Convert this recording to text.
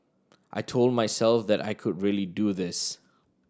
I told myself that I could really do this